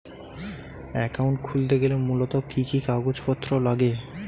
Account খুলতে গেলে মূলত কি কি কাগজপত্র লাগে?